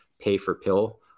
pay-for-pill